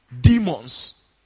demons